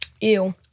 Ew